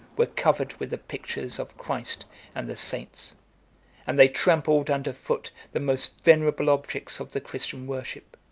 were covered with the pictures of christ and the saints and they trampled under foot the most venerable objects of the christian worship.